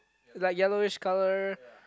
like yellow each colour